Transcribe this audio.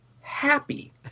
Happy